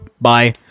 bye